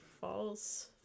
false